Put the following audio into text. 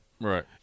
Right